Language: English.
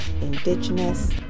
Indigenous